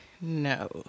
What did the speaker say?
no